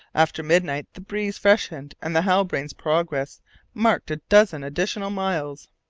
after midnight the breeze freshened, and the halbrane's progress marked a dozen additional miles.